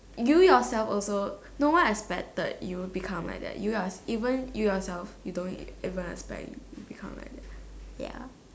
you yourself also no one expected you become like that you your even you yourself you don't even expect you become like that ya